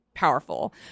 powerful